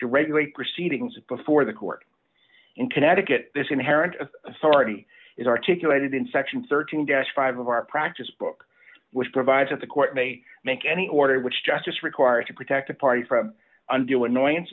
to regulate proceedings before the court in connecticut this inherent authority is articulated in section thirteen desk five of our practice book which provides that the court may make any order which justice required to protect the parties until annoyance